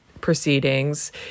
proceedings